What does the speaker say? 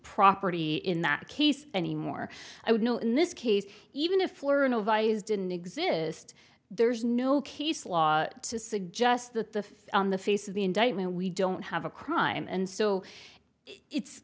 property in that case anymore i would know in this case even if learned of values didn't exist there's no case law to suggest that the fifth on the face of the indictment we don't have a crime and so it's